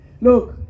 Look